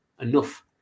enough